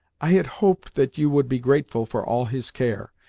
i had hoped that you would be grateful for all his care,